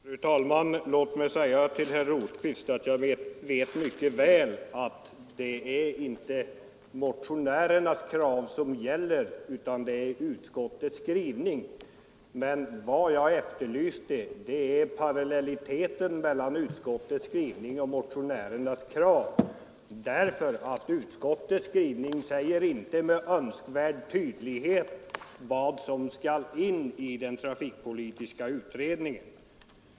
Fru talman! Låt mig säga till herr Rosqvist att jag mycket väl vet att det inte är motionärernas krav som gäller utan utskottets skrivning. Men vad jag efterlyste är parallelliteten mellan utskottets skrivning och motionärernas krav, därför att utskottet skrivning inte med önskvärd tydlighet säger vad som skall in i den trafikpolitiska utredningen.